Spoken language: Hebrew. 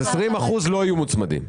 אז 20% לא יהיו מוצמדים.